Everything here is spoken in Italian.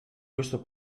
questo